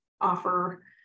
offer